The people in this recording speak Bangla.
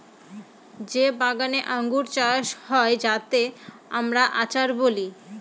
যে বাগানে আঙ্গুর চাষ হয় যাতে আমরা আচার বলি